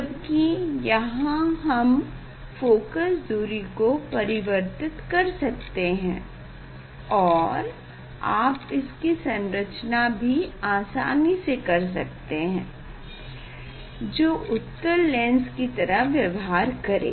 जबकि यहाँ हम फोकस दूरी को परिवर्तित कर सकते हैं और आप इसकी संरचना भी आसनी से कर सकते हैं जो उत्तल लेंस की तरह व्यवहार करें